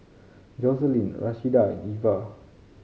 Joselin Rashida Iva